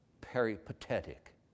peripatetic